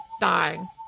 dying